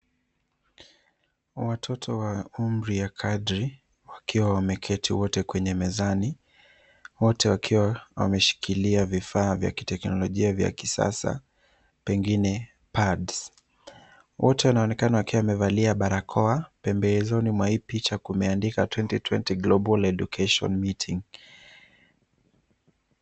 Watoto wa umri ya kadri wakiwa wameketi wote kwenye mezani wote wakiwa wameshikilia vifaa vya kiteknolojia vya kisasa pengine pads . Wote wanaonekana wakiwa wamevalia barakoa. Pembezoni mwa hii picha kumeandikwa 2020 Global Education Meeting